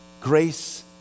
Grace